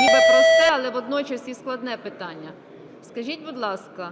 ніби просте, але водночас і складне питання. Скажіть, будь ласка,